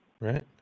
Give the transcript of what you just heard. right